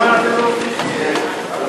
חובת נוכחות מתורגמן בדיוני ועדה רפואית),